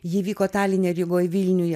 ji vyko taline rygoj vilniuje